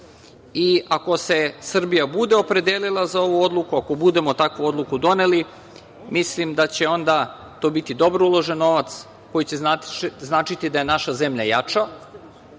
Ako se Srbija bude opredelila za ovu odluku, ako budemo takvu odluku doneli, mislim da će onda to biti dobro uložen novac koji će značiti da je naša zemlja jača,